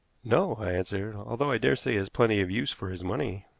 no, i answered although i dare say he has plenty of use for his money.